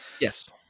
Yes